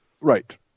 Right